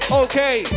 okay